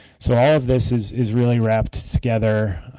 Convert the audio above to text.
so all of this is is really wrapped together